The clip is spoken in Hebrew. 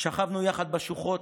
שכבנו יחד בשוחות,